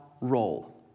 role